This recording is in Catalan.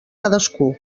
cadascú